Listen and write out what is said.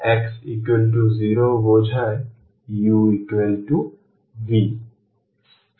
x 0 বোঝায় v u